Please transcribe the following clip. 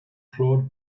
claude